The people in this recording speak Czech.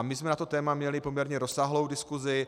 My jsme na to téma měli poměrně rozsáhlou diskusi.